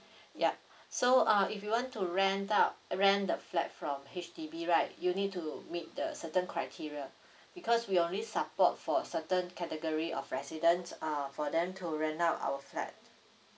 yup so uh if you want to rent out rent the flat from H_D_B right you need to meet the certain criteria because we only support for certain category of residence uh for them to rent out our flat